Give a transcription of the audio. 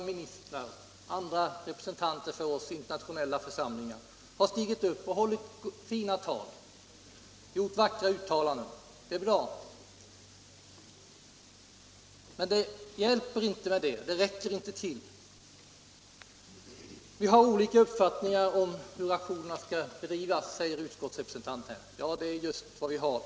Ministrar och andra representanter för oss i internationella församlingar har stigit upp och hållit fina tal med vackra uttalanden. Det är bra, men det räcker inte med det. Vi har olika uppfattning om hur aktionerna skall drivas, säger utskottets representant. Ja, det är just vad vi har.